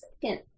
second